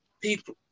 people